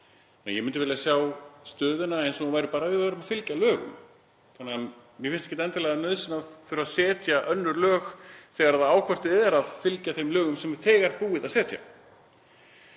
Ég myndi vilja sjá stöðuna eins og hún væri ef við værum bara að fylgja lögum. Mér finnst ekkert endilega nauðsyn að þurfa að setja önnur lög þegar það á hvort eð er að fylgja þeim lögum sem er þegar búið að setja.